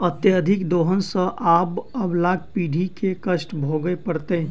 अत्यधिक दोहन सँ आबअबला पीढ़ी के कष्ट भोगय पड़तै